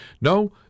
No